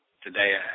today